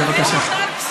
בבקשה.